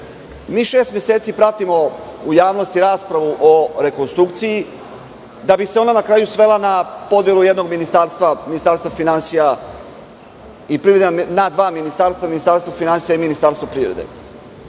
šest meseci pratimo u javnosti raspravu o rekonstrukciji, da bi se ona na kraju svela na podelu jednog ministarstva, Ministarstva finansija i privrede, na dva ministarstva, Ministarstvo finansija i Ministarstvo privrede.